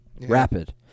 rapid